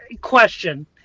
question